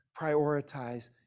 prioritize